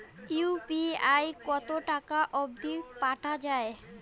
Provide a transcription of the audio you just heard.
UPI কতো টাকা অব্দি পাঠা যায়?